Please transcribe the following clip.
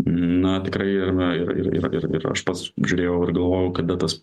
na tikrai yra ir ir ir ir ir aš pats žiūrėjau ir galvojau kada tas